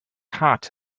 hat